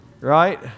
right